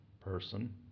person